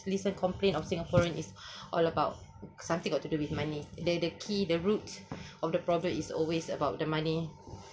listen complain of singaporean is all about something got to do with money the the key the root of the problem is always about the money